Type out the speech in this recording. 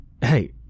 Hey